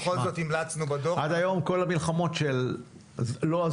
תשמע, עד היום כל המלחמות לא עזרו.